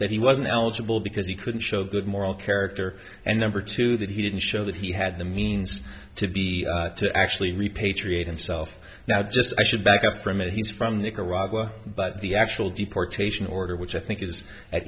that he wasn't eligible because he couldn't show good moral character and number two that he didn't show that he had the means to be to actually repatriate himself that just i should back up from it he's from nicaragua but the actual deportation order which i think is a